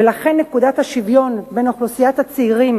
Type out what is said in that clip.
ולכן נקודת השוויון בין אוכלוסיית הצעירים